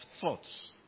thoughts